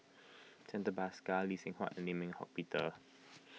Santha Bhaskar Lee Seng Huat and Lim Eng Hock Peter